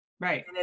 Right